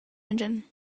engine